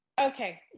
okay